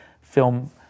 film